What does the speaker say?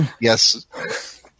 Yes